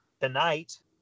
tonight